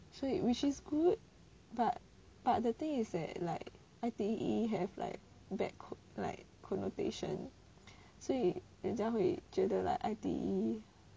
所以 which is good but but the thing is that like I_T_E have like bad like connotation 所以人家会觉得 like I_T_E